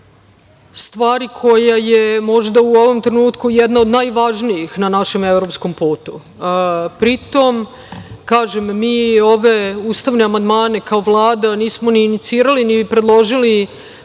stvari koja je možda u ovom trenutku jedna od najvažnijih na našem evropskom putu. Pri tom, kažem, mi ove ustavne amandmane kao Vlada nismo ni inicirali, ni predložili